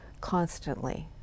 constantly